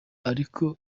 ariko